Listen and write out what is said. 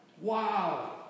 Wow